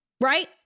Right